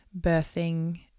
birthing